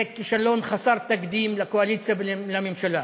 זה כישלון חסר תקדים לקואליציה ולממשלה.